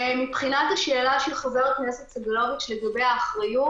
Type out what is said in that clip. לשאלת חבר הכנסת סגלוביץ' לגבי האחריות